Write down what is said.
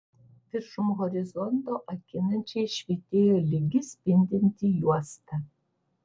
viršum horizonto akinančiai švytėjo lygi spindinti juosta